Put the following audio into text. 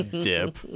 Dip